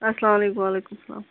اَسلامُ عَلیکُم وَعلیکُم اسَلام